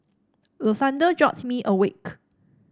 the thunder jolt me awake